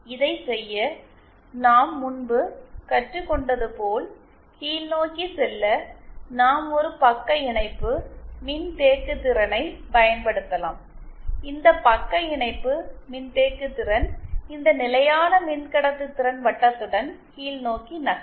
இதைச் செய்ய நாம் முன்பு கற்றுக்கொண்டது போல் கீழ்நோக்கிச் செல்ல நாம் ஒரு பக்க இணைப்பு மின்தேக்குதிறனை பயன்படுத்தலாம்இந்த பக்க இணைப்பு மின்தேக்குதிறன் இந்த நிலையான மின்கடத்தும்திறன் வட்டத்துடன் கீழ்நோக்கி நகரும்